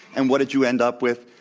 and what did you end up with?